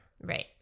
Right